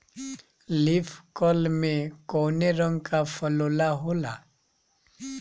Leaf curl में कौने रंग का फफोला होला?